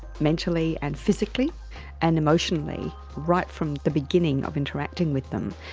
mentally and physically and emotionally right from the beginning of interacting with them.